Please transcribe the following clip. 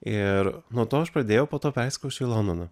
ir nuo to aš pradėjau po to persikrausčiau į londoną